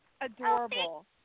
Adorable